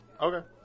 Okay